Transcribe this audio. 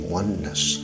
oneness